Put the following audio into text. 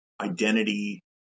identity